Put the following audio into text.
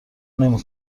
نمی